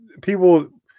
people